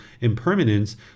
impermanence